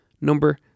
number